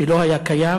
שלא היה קיים,